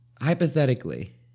Hypothetically